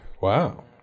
Wow